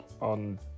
on